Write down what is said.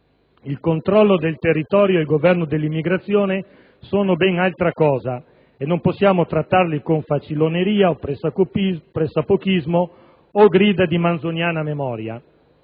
Il controllo del territorio e il governo dell'immigrazione sono ben altra cosa e non possiamo trattarli con faciloneria, pressappochismo o grida di manzoniana memoria.